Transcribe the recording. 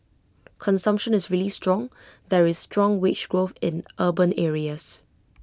consumption is really strong there is strong wage growth in urban areas